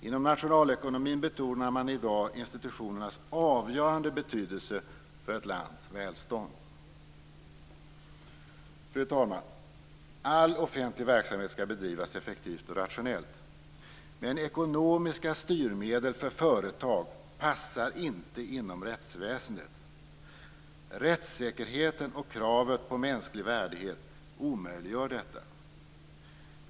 Inom nationalekonomin betonar man i dag institutionernas avgörande betydelse för ett lands välstånd. Fru talman! All offentlig verksamhet skall bedrivas effektivt och rationellt, men ekonomiska styrmedel för företag passar inte inom rättsväsendet. Rättssäkerheten och kravet på mänsklig värdighet omöjliggör detta.